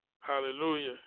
Hallelujah